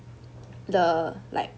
the like